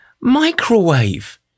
Microwave